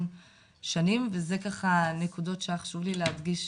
שנים וזה ככה נקודות שהיה חשוב לי להדגיש,